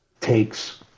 takes